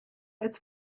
its